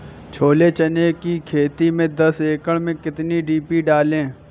छोले चने की खेती में दस एकड़ में कितनी डी.पी डालें?